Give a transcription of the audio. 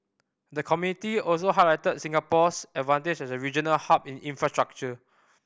the committee also highlighted Singapore's advantage as a regional hub in infrastructure